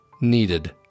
needed